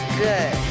good